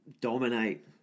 dominate